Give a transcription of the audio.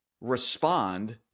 respond